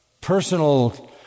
personal